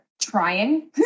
trying